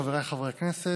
חבריי חברי הכנסת,